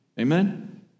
Amen